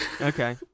Okay